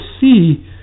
see